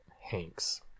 Hanks